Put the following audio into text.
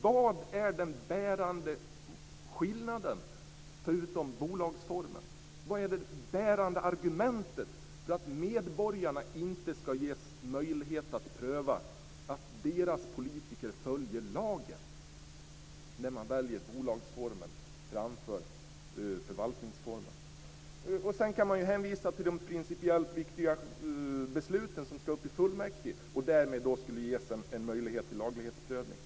Vad är den bärande skillnaden, förutom bolagsformen? Vad är det bärande argumentet för att medborgarna inte skall ges möjlighet att pröva att deras politiker följer lagen när man väljer bolagsformen framför förvaltningsformen? Sedan kan man hänvisa till att de principiellt viktiga besluten skall upp till fullmäktige och att det därmed skulle ges en möjlighet till laglighetsprövning.